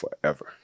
forever